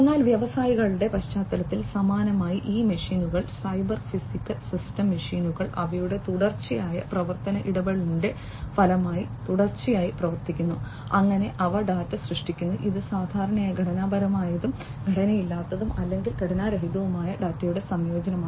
എന്നാൽ വ്യവസായങ്ങളുടെ പശ്ചാത്തലത്തിൽ സമാനമായി ഈ മെഷീനുകൾ സൈബർ ഫിസിക്കൽ സിസ്റ്റം മെഷീനുകൾ അവയുടെ തുടർച്ചയായ പ്രവർത്തന ഇടപെടലിന്റെ ഫലമായി തുടർച്ചയായി പ്രവർത്തിക്കുന്നു അങ്ങനെ അവ ഡാറ്റ സൃഷ്ടിക്കുന്നു ഇത് സാധാരണയായി ഘടനാപരമായതും ഘടനയില്ലാത്തതും അല്ലെങ്കിൽ ഘടനാരഹിതവുമായ ഡാറ്റയുടെ സംയോജനമാണ്